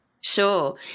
Sure